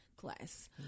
class